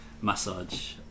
massage